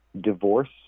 Divorce